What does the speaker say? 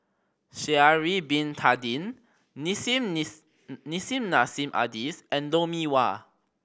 Sha'ari Bin Tadin Nissim Nissim Nassim Adis and Lou Mee Wah